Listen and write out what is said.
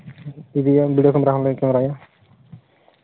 ᱤᱫᱤᱭᱟ video camera ᱦᱚᱸᱞᱮ ᱠᱮᱢᱮᱨᱟᱭᱟ